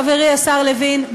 חברי השר לוין,